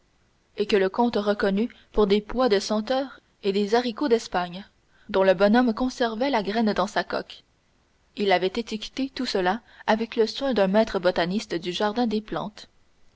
et que le comte reconnut pour des pois de senteur et des haricots d'espagne dont le bonhomme conservait la graine dans sa coque il avait étiqueté tout cela avec le soin d'un maître botaniste du jardin des plantes